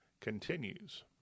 continues